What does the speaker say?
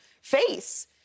face